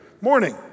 morning